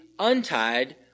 untied